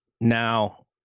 now